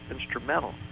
instrumental